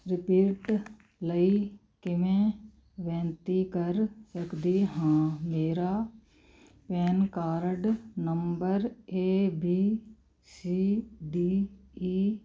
repeat ਲਈ ਕਿਵੇਂ ਬੇਨਤੀ ਕਰ ਸਕਦੀ ਹਾਂ ਮੇਰਾ PAN card number A B C D E